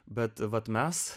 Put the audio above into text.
bet vat mes